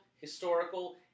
historical